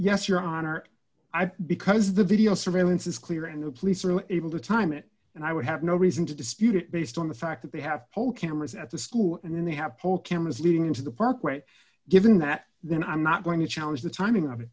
yes your honor i've because the video surveillance is clear and the police are able to time it and i would have no reason to dispute it based on the fact that they have whole cameras at the school and they have pole cameras leading into the parkway given that then i'm not going to challenge the timing of it